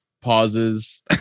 pauses